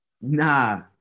Nah